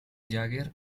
jagger